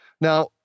Now